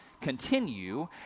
continue